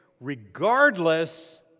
regardless